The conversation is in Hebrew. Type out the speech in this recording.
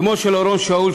אמו של אורון שאול,